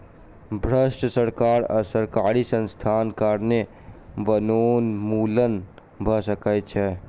भ्रष्ट सरकार आ सरकारी संस्थानक कारणें वनोन्मूलन भ सकै छै